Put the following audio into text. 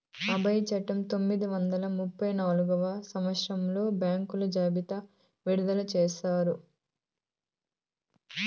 RBI చట్టము పంతొమ్మిది వందల ముప్పై నాల్గవ సంవచ్చరంలో బ్యాంకుల జాబితా విడుదల చేసినారు